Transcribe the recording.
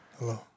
Hello